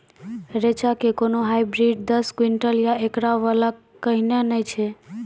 रेचा के कोनो हाइब्रिड दस क्विंटल या एकरऽ वाला कहिने नैय छै?